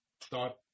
thought